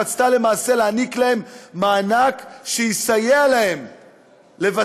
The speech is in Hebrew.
רצתה למעשה לתת להן מענק שיסייע להן לבצע